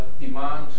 demand